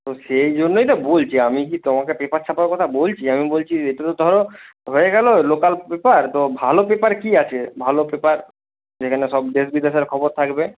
তো সেই জন্যই তো বলছি আমি কি তোমাকে পেপার ছাপার কথা বলছি আমি বলছি এটা তো ধরো হয়ে গেলো লোকাল পেপার তো ভালো পেপার কী আছে ভালো পেপার যেখানে সব দেশ বিদেশের খবর থাকবে